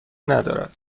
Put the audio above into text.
ندارد